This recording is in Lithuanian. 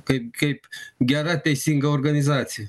kaip kaip gera teisinga organizacija